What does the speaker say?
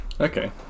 Okay